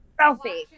Selfie